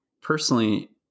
personally